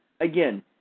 Again